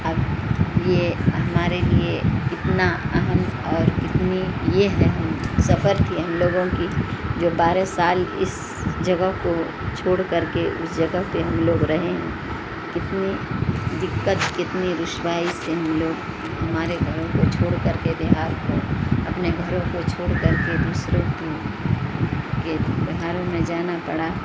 اب یہ ہمارے لیے اتنا اہم اور کتنی یہ ہے ہم سفر تھی ہم لوگوں کی جو بارہ سال اس جگہ کو چھوڑ کر کے اس جگہ پہ ہم لوگ رہے ہیں کتنی دقت کتنی رسوائی سے ہم لوگ ہمارے گھروں کو چھوڑ کر کے بہار میں اپنے گھروں کو چھوڑ کر کے دوسروں کی کے میں جانا پڑا